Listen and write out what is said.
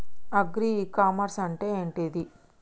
Agri e commerce అంటే ఏంటిది?